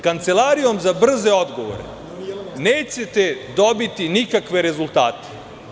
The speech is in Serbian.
Kancelarijom za brze odgovore nećete dobiti nikakve rezultate.